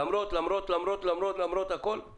למרות הכל,